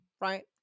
right